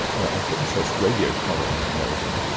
i put the first radio collar on an elephant.